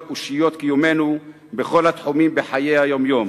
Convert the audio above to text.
אושיות קיומנו בכל התחומים בחיי היום-יום.